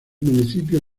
municipio